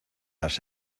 las